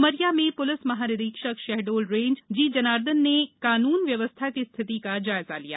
उमरिया में पुलिस महानिरीक्षक शहडोल रेंज जी जनार्दन ने कानून व्यवस्था की स्थिति का जायजा लिया